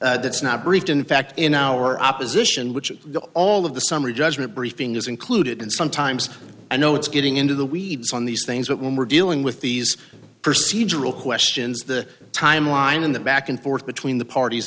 sentence that's not breached in fact in our opposition which is all of the summary judgment briefing is included and sometimes i know it's getting into the weeds on these things but when we're dealing with these perceived or real questions the timeline in the back and forth between the parties